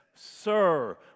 Sir